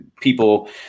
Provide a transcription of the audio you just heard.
people